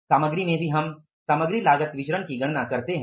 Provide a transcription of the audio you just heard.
सामग्री में भी हम सामग्री लागत विचरण की गणना करते हैं